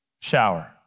shower